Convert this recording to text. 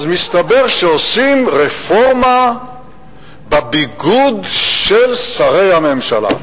אז מסתבר שעושים רפורמה בביגוד של שרי הממשלה.